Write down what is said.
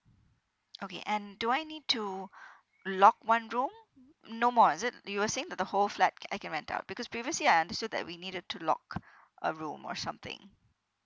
okay and do I need to lock one room no more is it you were saying that the whole flat I can rent out because previously I understood that we needed to lock a room or something